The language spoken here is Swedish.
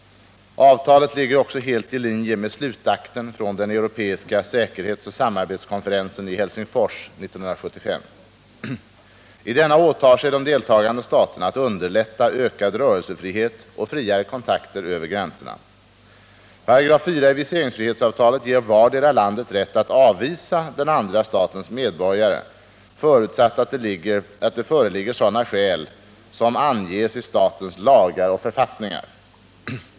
Avtalet ligger också helt i linje med slutakten från den europeiska säkerhetsoch samarbetskonferensen i Helsingfors 1975. I denna åtar sig de deltagande staterna att underlätta ökad rörelsefrihet och friare kontakter över gränserna. §4 i viseringsfrihetsavtalet ger vardera landet rätt att avvisa den andra statens medborgare, förutsatt att det föreligger sådana skäl ”som anges i statens lagar och författningar”.